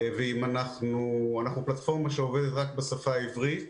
אנחנו פלטפורמה שעובדת רק בשפה העברית